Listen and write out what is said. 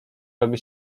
robi